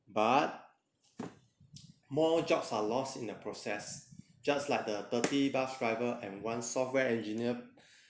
but more jobs are lost in the process just like the thirty bus driver and one software engineer